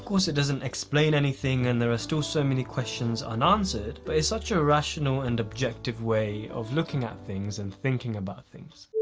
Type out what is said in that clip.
course, it doesn't explain anything and there are still so many questions unanswered but it's such a rational and objective way of looking at things and thinking about things.